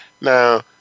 Now